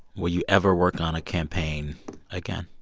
will you ever work on a campaign again?